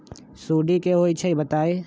सुडी क होई छई बताई?